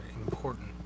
important